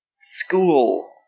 school